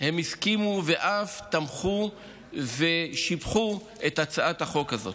הן הסכימו ואף תמכו ושיבחו את הצעת החוק הזו.